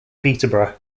peterborough